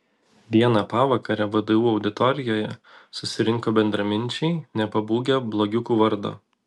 vieną pavakarę vdu auditorijoje susirinko bendraminčiai nepabūgę blogiukų vardo